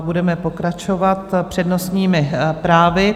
Budeme pokračovat přednostními právy.